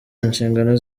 nshingano